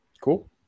Cool